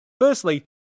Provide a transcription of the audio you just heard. Firstly